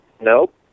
Nope